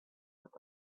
with